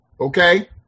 okay